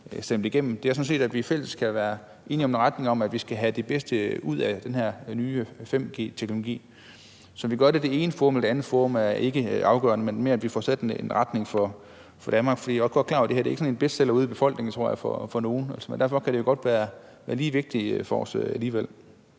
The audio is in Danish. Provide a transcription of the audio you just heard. stemt igennem; det er sådan set, at vi fælles er enige om en retning, så vi får det bedste ud af den her nye 5G-teknologi. Så om vi gør det i det ene forum eller det andet forum, er ikke afgørende, men det er mere, at vi får sat en retning for Danmark, for jeg er godt klar over, at det her ikke er sådan en bestseller ude i befolkningen, men derfor kan det jo godt være vigtigt for os alligevel.